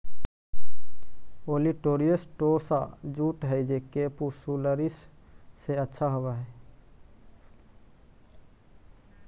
olitorius tossa jute हई जे capsularis से अच्छा होवऽ हई